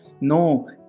No